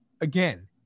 again